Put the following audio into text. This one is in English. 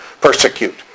persecute